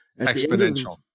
Exponential